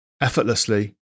effortlessly